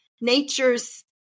nature's